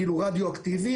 רדיואקטיבי,